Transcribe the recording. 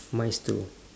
mine is two